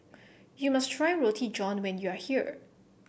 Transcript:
you must try Roti John when you are here